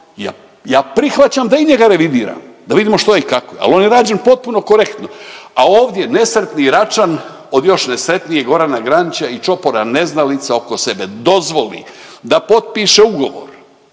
Ja prihvaćam i da i njega revidiramo da vidimo što i kako je, al on je rađen potpuno korektno. A ovdje nesretni Račan od još nesretnijeg Gorana Granića i čopora neznalica oko sebe dozvoli da potpiše ugovor